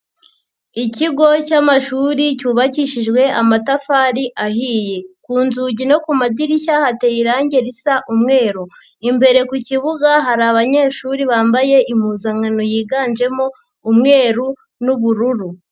Ikigo cy'amashuri cyubakishijwe amatafari ahiye, ku nzugi no ku madirishya hateye irangi risa umweru, imbere ku kibuga hari abanyeshuri bambaye impuzankano yiganjemo umweru n'ubururu.